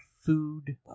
food